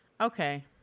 Okay